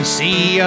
see